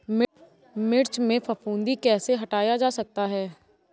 मिर्च में फफूंदी कैसे हटाया जा सकता है?